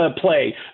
play